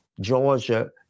Georgia